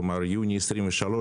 כלומר יוני 23,